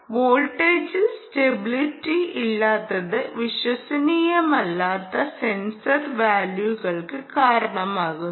വോൾട്ടേജിൽ സ്റ്റെബിലിറ്റി ഇല്ലാത്തത് വിശ്വസനീയമല്ലാത്ത സെൻസർ വാല്യുകൾക്ക് കാരണമാകുന്നു